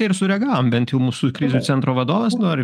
ir sureagavom bent jau mūsų krizių centro vadovas nu ar